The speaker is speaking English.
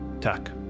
Tuck